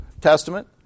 Testament